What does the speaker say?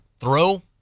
throw